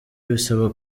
bisaba